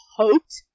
hoped